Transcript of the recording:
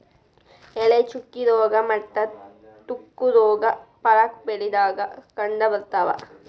ಎಲೆ ಚುಕ್ಕಿ ರೋಗಾ ಮತ್ತ ತುಕ್ಕು ರೋಗಾ ಪಾಲಕ್ ಬೆಳಿದಾಗ ಕಂಡಬರ್ತಾವ